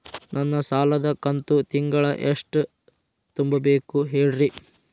ನನ್ನ ಸಾಲದ ಕಂತು ತಿಂಗಳ ಎಷ್ಟ ತುಂಬಬೇಕು ಹೇಳ್ರಿ?